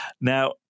Now